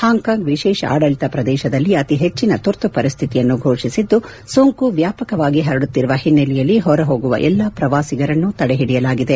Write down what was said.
Hong Kong ವಿಶೇಷ ಆಡಳಿತ ಪ್ರದೇಶದಲ್ಲಿ ಅತಿ ಹೆಚ್ಚಿನ ತುರ್ತು ಪರಿಸ್ಟಿತಿಯನ್ನು ಘೋಷಿಸಿದ್ದು ಸೋಂಕು ವ್ಯಾಪಕವಾಗಿ ಪರಡುತ್ತಿರುವ ಹಿನ್ನೆಲೆಯಲ್ಲಿ ಹೊರಹೋಗುವ ಎಲ್ಲಾ ಪ್ರವಾಸಿಗರನ್ನು ತಡೆಹಿಡಿಯಲಾಗಿದೆ